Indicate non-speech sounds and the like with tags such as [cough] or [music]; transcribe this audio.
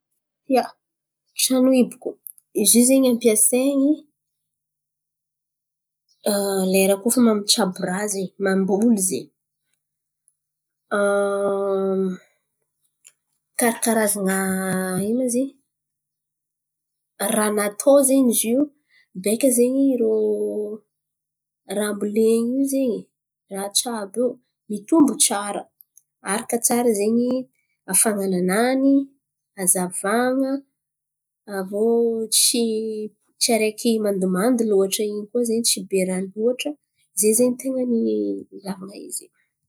Ia, tran̈o iboko, izy io zen̈y ampiasain̈y [hesitation] lera koa fa mitsabo raha zen̈y mamboly zen̈y. [hesitation] Karà karazan̈a ino ma izy in̈y? Raha natao zen̈y izy io beka zen̈y irô raha ambolen̈y io zen̈y, raha atsabo io, mitombo tsara. Araka tsara zen̈y afan̈ananany, hazavan̈a, aviô tsy tsy araiky mandomando loatra in̈y koa zen̈y tsy be rano loatra. Ze zen̈y ten̈a ny ilàvan̈a izy.